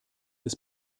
des